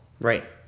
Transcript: Right